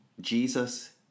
Jesus